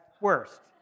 worst